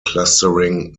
clustering